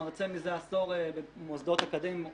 מרצה מזה עשור במוסדות אקדמיים,